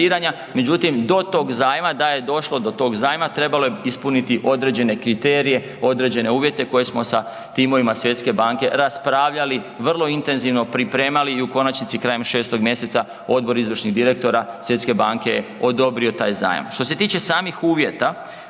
Međutim, da je došlo do tog zajma trebalo je ispuniti određene kriterije, određene uvjete koje smo sa timovima Svjetske banke raspravljali vrlo intenzivno pripremali i u konačnici krajem 6. mjeseca Odbor izvršnih direktora Svjetske banke je odobrio taj zajam. Što se tiče samih uvjeta